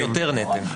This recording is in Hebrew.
יותר נטל.